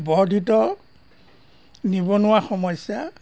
বৰ্ধিত নিবনুৱা সমস্যা